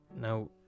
now